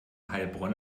heilbronn